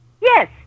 Yes